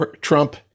Trump